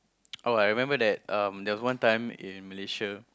oh I remember that um there was one time in Malaysia